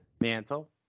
mantle